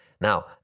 Now